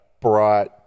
brought